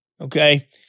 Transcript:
Okay